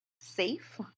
safe